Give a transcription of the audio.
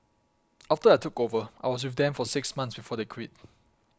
after I took over I was with them for six months before they quit